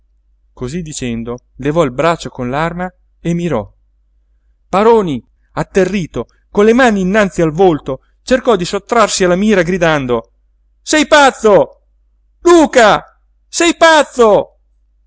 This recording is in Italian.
cosí dicendo levò il braccio con l'arma e mirò paroni atterrito con le mani innanzi al volto cercò di sottrarsi alla mira gridando sei pazzo luca sei pazzo